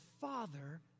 father